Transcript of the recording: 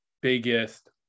biggest